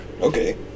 Okay